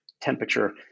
temperature